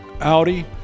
Audi